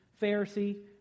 Pharisee